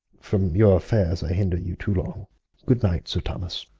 from your affaires i hinder you too long good night, sir thomas.